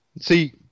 See